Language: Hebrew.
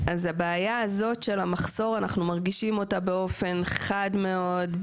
אז את בעיית המחסור אנחנו מרגישים באופן חד מאוד,